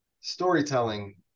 storytelling